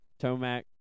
Tomac